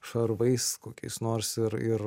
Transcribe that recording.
šarvais kokiais nors ir ir